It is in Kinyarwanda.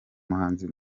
muhanzi